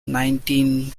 nineteen